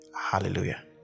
hallelujah